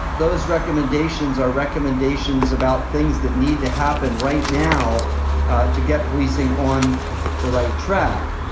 those recommendations are recommendations about things that need to happen right now to get policing on the right track.